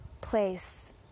place